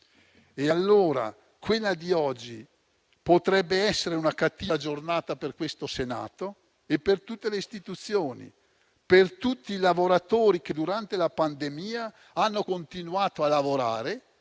Allora quella di oggi potrebbe essere una cattiva giornata per questo Senato e per tutte le Istituzioni, per tutti i lavoratori che durante la pandemia hanno continuato a lavorare